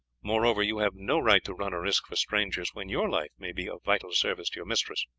moreover, you have no right to run a risk for strangers when your life may be of vital service to your mistress.